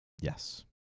Yes